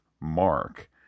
mark